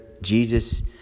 Jesus